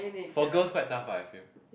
for girls quite tough lah I feel